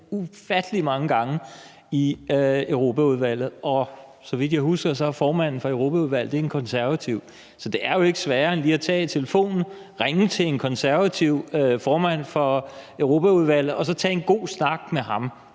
ufattelig mange gange i Europaudvalget, og så vidt jeg husker, er formanden for Europaudvalget en konservativ. Så det er jo ikke sværere end lige at tage telefonen, ringe til en konservativ formand for Europaudvalget og så tage en god snak med ham